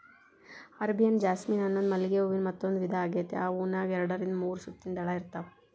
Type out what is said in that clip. Arabian jasmine ಅನ್ನೋದು ಮಲ್ಲಿಗೆ ಹೂವಿನ ಮತ್ತಂದೂ ವಿಧಾ ಆಗೇತಿ, ಈ ಹೂನ್ಯಾಗ ಎರಡರಿಂದ ಮೂರು ಸುತ್ತಿನ ದಳ ಇರ್ತಾವ